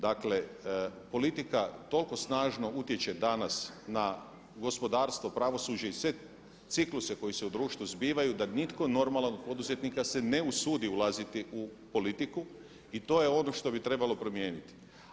Dakle, politika toliko snažno utječe danas na gospodarstvo, pravosuđe i sve cikluse koji se u društvu zbivaju da nitko normalan od poduzetnika se ne usudi ulaziti u politiku i to je ono što bi trebalo promijeniti.